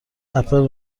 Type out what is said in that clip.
اپل